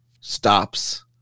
stops